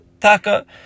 taka